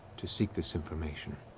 to seek this information.